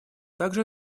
также